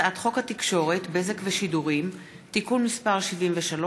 הצעת חוק התקשורת (בזק ושידורים) (תיקון מס' 73)